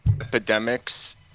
epidemics